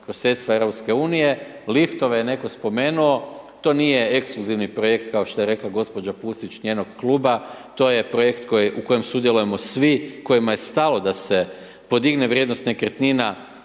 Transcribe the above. kroz sredstva Europske unije, liftove je netko spomenuo, to nije ekskluzivni projekt, kao što je rekla gospođa Pusić, njenog Kluba, to je projekt u kojem sudjelujemo svi, kojima je stalo da se podigne vrijednost nekretnina